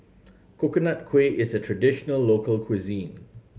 Coconut Kuih is a traditional local cuisine